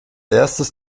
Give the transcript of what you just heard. erstes